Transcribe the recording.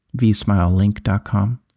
VSmileLink.com